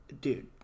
dude